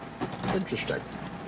Interesting